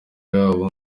yabo